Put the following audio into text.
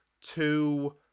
two